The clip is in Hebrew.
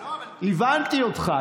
לא, אבל, הבנתי אותך.